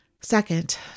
Second